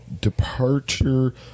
departure